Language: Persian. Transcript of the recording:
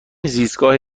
زیستگاه